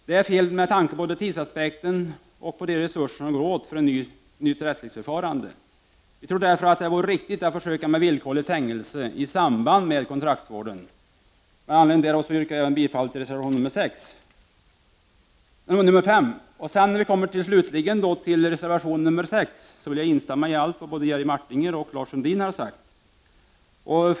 Detta är fel med tanke både på tidsaspekten och på de resurser som går åt för nytt rättsligt förfarande. Vi tror därför att det vore riktigt att försöka med villkorligt fängelsestraff i samband med kontraktsvård. Med anledning härav yrkar jag bifall till reservation nr 5. När det slutligen gäller reservation 6 instämmer jag i allt vad Jerry Martinger och Lars Sundin har sagt om företagsbot.